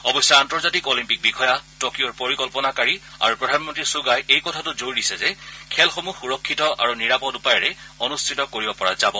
অৱশ্যে আন্তৰ্জাতিক অলিম্পিক বিষযা টকিঅ' পৰিকল্পনাকাৰী আৰু প্ৰধানমন্ত্ৰী ছুগাই এই কথাতো জোৰ দিছে যে খেলসমূহ সুৰক্ষিত আৰু নিৰাপদ উপায়েৰে অনুষ্ঠিত কৰিব পৰা যাব